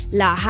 la